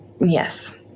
Yes